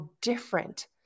different